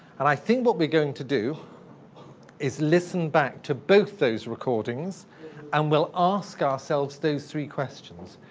and i think what we're going to do is listen back to both those recordings and we'll ask ourselves those three questions.